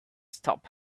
stop